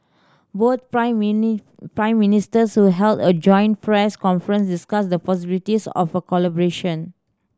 both prime mini Prime Ministers who held a joint press conference discussed the possibilities of a collaboration